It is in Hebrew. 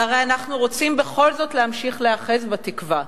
והרי אנחנו רוצים בכל זאת להמשיך להיאחז בתקווה.